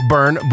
Burn